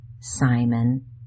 Simon